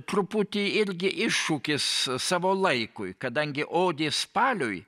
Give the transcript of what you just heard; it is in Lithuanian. truputį irgi iššūkis savo laikui kadangi odė spaliui